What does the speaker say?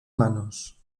manos